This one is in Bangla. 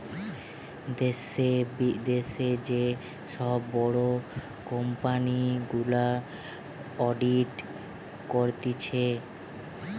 দ্যাশে, বিদ্যাশে যে সব বড় কোম্পানি গুলা অডিট করতিছে